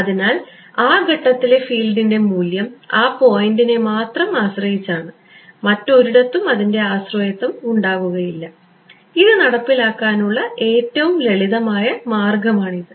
അതിനാൽ ആ ഘട്ടത്തിലെ ഫീൽഡിന്റെ മൂല്യം ആ പോയിൻ്റിനെ മാത്രം ആശ്രയിച്ചാണ് മറ്റൊരിടത്തും അതിൻറെ ആശ്രയത്വം ഉണ്ടാകുകയില്ല ഇത് നടപ്പിലാക്കാനുള്ള ഏറ്റവും ലളിതമായ മാർഗമാണിത്